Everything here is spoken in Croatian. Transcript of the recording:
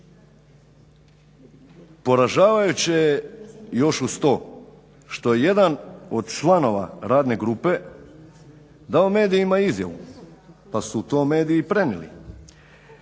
Poražavajuće je još uz to što je jedan od članova radne grupe dao medijima izjavu pa su to mediji prenijeli